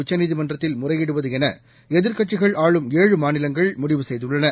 உச்சநீதிமன்றத்தில் முறையிடுவது என எதிர்க்கட்சிகள் ஆளும் ஏழு மாநிலங்கள் முடிவு செய்துள்ளன